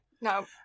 No